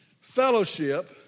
fellowship